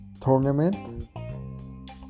tournament